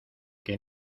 que